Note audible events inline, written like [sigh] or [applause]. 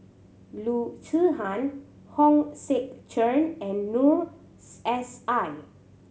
Loo Zihan Hong Sek Chern and Noor [noise] S I